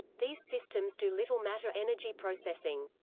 these systems do little matter-energy processing.